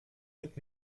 mit